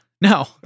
No